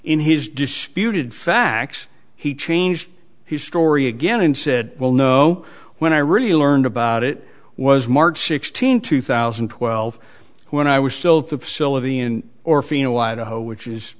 in his disputed facts he changed his story again and said well no when i really learned about it was march sixteenth two thousand and twelve when i was still the facility